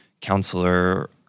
counselor